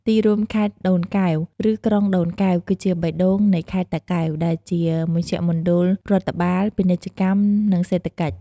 ទីរួមខេត្តដូនកែវ ឬក្រុងដូនកែវ គឺជាបេះដូងនៃខេត្តតាកែវ ដែលជាមជ្ឈមណ្ឌលរដ្ឋបាល ពាណិជ្ជកម្ម និងសេដ្ឋកិច្ច។